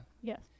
yes